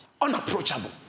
Unapproachable